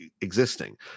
existing